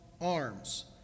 arms